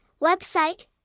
website